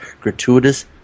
gratuitous